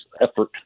effort